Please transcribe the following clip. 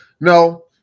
No